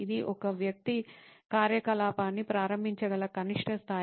ఇది ఒక వ్యక్తి కార్యకలాపాన్ని ప్రారంభించగల కనిష్ట స్థాయి